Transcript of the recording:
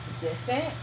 distant